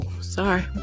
sorry